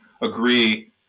agree